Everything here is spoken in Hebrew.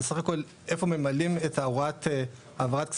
זה סך הכול איפה ממלאים את הוראת העברת כספים,